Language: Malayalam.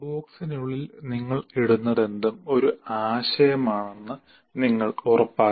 ബോക്സിനുള്ളിൽ നിങ്ങൾ ഇടുന്നതെന്തും ഒരു ആശയമാണെന്ന് നിങ്ങൾ ഉറപ്പാക്കണം